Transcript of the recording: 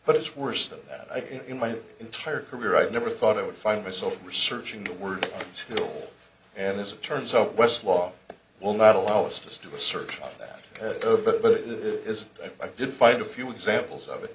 but it's worse than that in my entire career i never thought i would find myself researching the word cool and this turns out west law will not allow us to do a search on that but as i did find a few examples of it